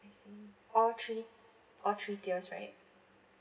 I see all three all three tiers right